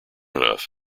enough